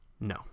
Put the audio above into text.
No